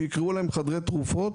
שיקראו להם "חדרי תרופות"